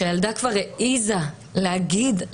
כשהילדה כבר העזה להגיד,